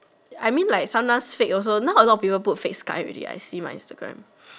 I mean like sometimes fake also now a lot of people put like fake sky already I see my Instagram